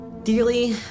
Dearly